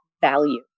value